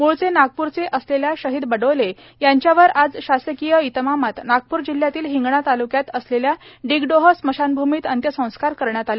म्ळचे नागपूरचे असलेल्या शहिद बडोले यांच्यावर आज शासकीय इतमामात नागप्र जिल्ह्यातील हिंगणा तातुक्यात असलेल्या डिगडोह स्मशानभूमीत अंत्यसंस्कार करण्यात आले